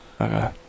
Okay